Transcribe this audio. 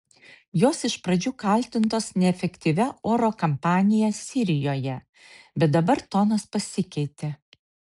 jos iš pradžių kaltintos neefektyvia oro kampanija sirijoje bet dabar tonas pasikeitė